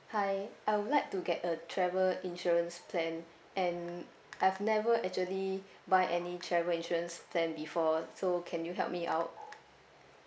hi I would like to get a travel insurance plan and I've never actually buy any travel insurance plan before so can you help me out